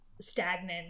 stagnant